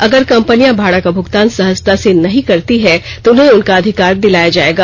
अगर कंपनियां भाड़ा का भूगतान सहजता से नहीं करती है तो उन्हें उनका अधिकार दिलाया जायेगा